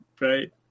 right